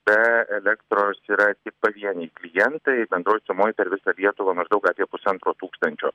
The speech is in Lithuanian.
be elektros yra tik pavieniai klientai bendroj sumoj per visą lietuvą maždaug apie pusantro tūkstančio